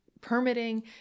permitting